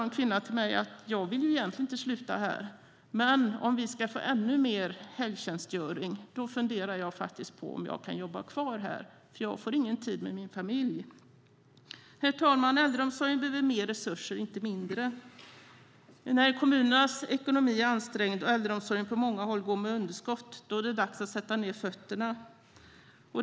En kvinna sade att hon egentligen inte ville sluta, men om de skulle få ännu mer helgtjänstgöring funderade hon över om hon kunde jobba kvar eftersom hon inte fick någon tid med sin familj. Herr talman! Äldreomsorgen behöver mer resurser, inte mindre. När kommunernas ekonomier är ansträngda och äldreomsorgen på många håll går med underskott är det dags att sätta ned fötterna.